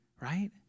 Right